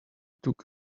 took